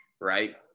right